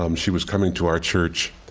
um she was coming to our church.